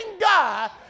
God